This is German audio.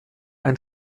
ein